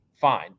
fine